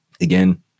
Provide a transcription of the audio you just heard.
Again